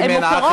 אם אין עקד,